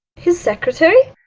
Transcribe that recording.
his secretary?